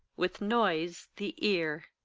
with noise the ear!